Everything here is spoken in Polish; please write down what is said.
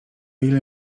ile